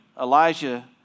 Elijah